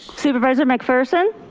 supervisor mcpherson.